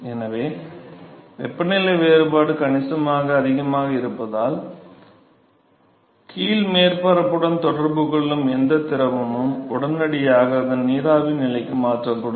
எனவே வெப்பநிலை வேறுபாடு கணிசமாக அதிகமாக இருப்பதால் கீழ் மேற்பரப்புடன் தொடர்பு கொள்ளும் எந்த திரவமும் உடனடியாக அதன் நீராவி நிலைக்கு மாற்றப்படும்